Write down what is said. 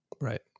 Right